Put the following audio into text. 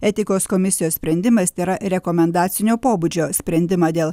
etikos komisijos sprendimas tėra rekomendacinio pobūdžio sprendimą dėl